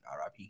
RIP